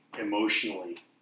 emotionally